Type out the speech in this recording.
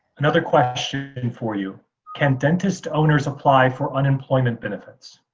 another question and for you can dentist owners apply for unemployment benefits?